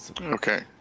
Okay